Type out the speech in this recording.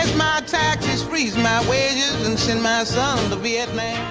and my taxes freeze my wages, and my son vietman,